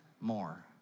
more